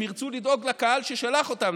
הם ירצו לדאוג לקהל ששלח אותם,